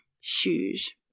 shoes